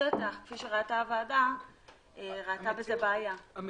הוועדה ראתה בעיה במציאות בשטח.